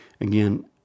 again